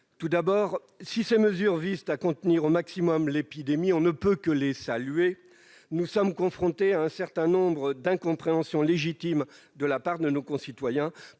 Tout d'abord, si ces mesures visent à contenir au maximum l'épidémie- on ne peut que s'en réjouir -, nous sommes confrontés à un certain nombre d'incompréhensions légitimes de la part de nos concitoyens.